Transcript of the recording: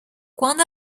quando